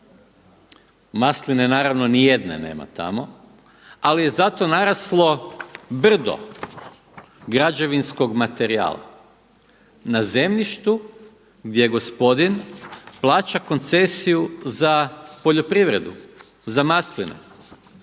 Masline naravno ni jedne nema tamo ali je zato naraslo brdo građevinskog materijala na zemljištu gdje gospodin plaća koncesiju za poljoprivredu, za masline.